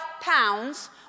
pounds